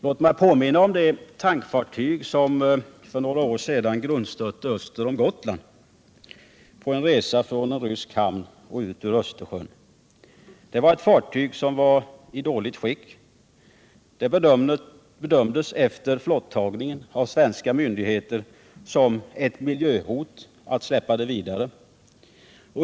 Låt mig påminna om det tankfartyg som för några år sedan grundstötte öster om Gotland på en resa från en rysk hamn och ut ur Östersjön. Det var ett fartyg som var i dåligt skick. Det bedömdes efter flottagningen av svenska myndigheter som ett miljöhot att släppa det vidare.